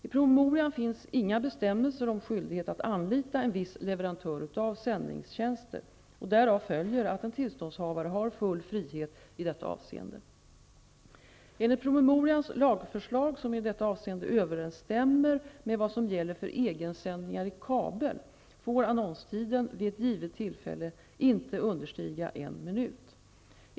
I promemorian finns inga bestämmelser om skyldighet att anlita en viss leverantör av sändningstjänster. Därav följer att en tillståndshavare har full frihet i detta avseende. Enligt promemorians lagförslag, som i detta avseende överensstämmer med vad som gäller för egensändningar i kabel, får annonstiden vid ett givet tillfälle inte understiga en minut.